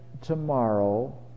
tomorrow